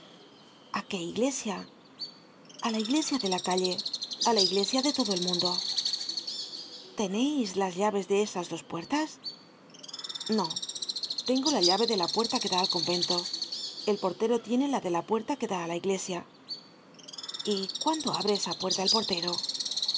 a qué iglesia a la iglesia de la calle a la iglesia de todo el mundo teneis las llaves de esas dos puertas no tengo la llave de la puerta que da al convento el portero tiene la de la puerta que da á la iglesia y cuándo abre esa puerta el portero